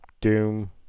Doom